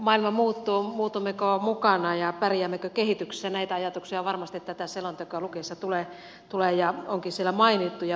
maailma muuttuu muutummeko mukana ja pärjäämmekö kehityksessä näitä ajatuksia varmasti tätä selontekoa lukiessa tulee ja onkin siellä mainittu